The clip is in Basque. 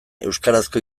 euskarazko